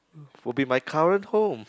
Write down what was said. will be my current home